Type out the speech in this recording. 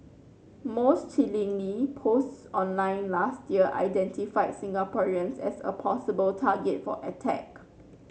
most chillingly posts online last year identified Singaporeans as a possible target for attack